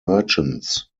merchants